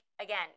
again